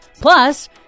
Plus